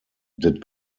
did